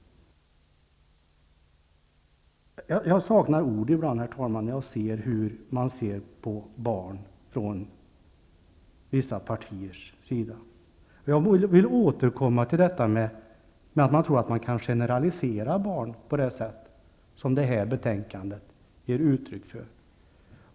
Jag saknar ord ibland när jag märker hur man i vissa partier ser på barn. Jag vill återkomma till detta med att man tror att det går att generalisera barn på det sätt som det här betänkandet ger uttryck för.